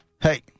hey